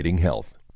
health